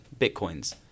Bitcoins